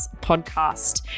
podcast